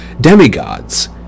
demigods